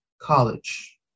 college